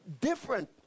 different